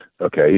okay